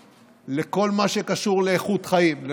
לא יכולים לחיות ולהיות תלויים באוויר,